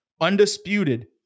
undisputed